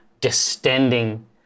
distending